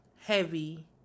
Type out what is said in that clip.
heavy